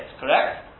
correct